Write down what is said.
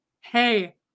Hey